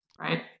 right